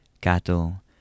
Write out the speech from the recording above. cattle